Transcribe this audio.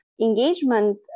engagement